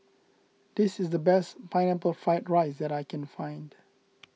this is the best Pineapple Fried Rice that I can find